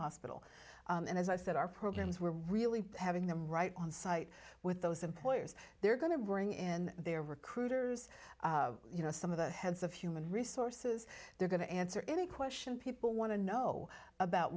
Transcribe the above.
hospital and as i said our programs we're really having them right on site with those employers they're going to bring in their recruiters you know some of the heads of human resources they're going to answer any question people want to know about